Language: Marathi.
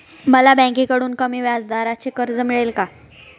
मला बँकेकडून कमी व्याजदराचे कर्ज मिळेल का?